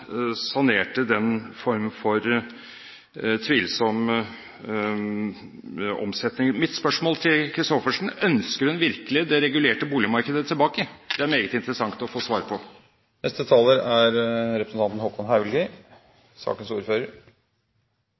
sanerte den formen for tvilsom omsetning. Mitt spørsmål til Lise Christoffersen er: Ønsker hun virkelig det regulerte boligmarkedet tilbake? Det er det meget interessant å få svar på.